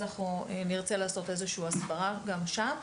אז אנחנו נרצה לעשות איזה שהוא הסברה גם שם.